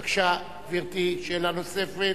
בבקשה, גברתי, שאלה נוספת.